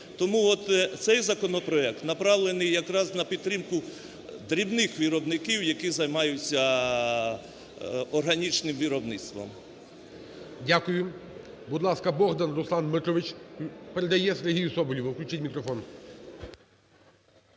Тому от цей законопроект направлений якраз на підтримку дрібних виробників, які займаються органічним виробництвом. ГОЛОВУЮЧИЙ. Дякую. Будь ласка, Богдан Руслан Дмитрович передає Сергію Соболєву. Включіть мікрофон.